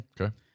Okay